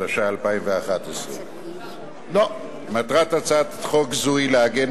התשע"א 2011. מטרת הצעת חוק זו היא לעגן